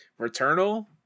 Returnal